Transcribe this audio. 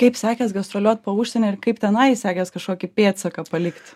kaip sekės gastroliuot po užsienį ir kaip tenai sekės kažkokį pėdsaką palikt